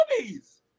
movies